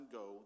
go